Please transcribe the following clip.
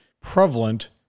prevalent